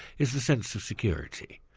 is the sense of security,